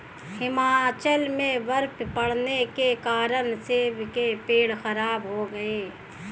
हिमाचल में बर्फ़ पड़ने के कारण सेब के पेड़ खराब हो गए